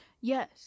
Yes